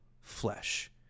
flesh